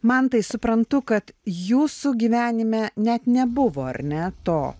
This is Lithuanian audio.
mantai suprantu kad jūsų gyvenime net nebuvo ar ne to